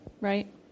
right